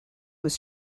was